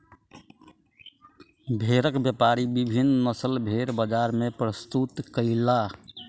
भेड़क व्यापारी विभिन्न नस्लक भेड़ बजार मे प्रस्तुत कयलक